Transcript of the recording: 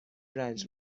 رنج